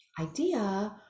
idea